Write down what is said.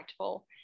impactful